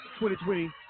2020